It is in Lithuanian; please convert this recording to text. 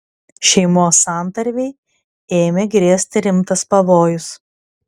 šeimos santarvei ėmė grėsti rimtas pavojus